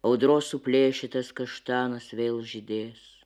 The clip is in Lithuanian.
audros suplėšytas kaštanas vėl žydės